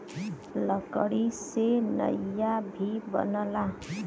लकड़ी से नइया भी बनला